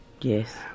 Yes